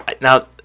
now